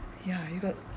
ya you got